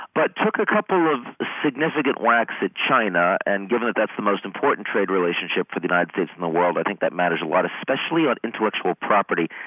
but took a couple of significant whacks at china. and given that that's the most important trade relationship for the united states in the world, i think that matters a lot, especially on intellectual property.